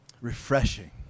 refreshing